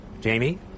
Jamie